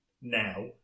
now